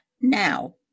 now